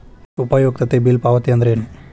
ಉಪಯುಕ್ತತೆ ಬಿಲ್ ಪಾವತಿ ಅಂದ್ರೇನು?